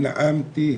נאמתי,